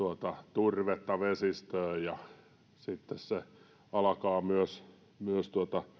turvetta vesistöön ja sitten se kaivuujälki alkaa myös myös